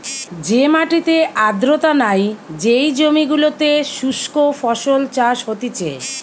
যে মাটিতে আর্দ্রতা নাই, যেই জমি গুলোতে শুস্ক ফসল চাষ হতিছে